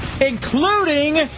Including